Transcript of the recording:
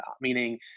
meaning